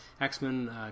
X-Men